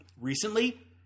Recently